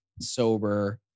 sober